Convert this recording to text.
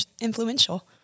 influential